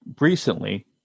recently